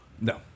No